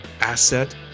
asset